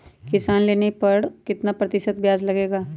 किसान लोन लेने पर कितना प्रतिशत ब्याज लगेगा?